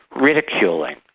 ridiculing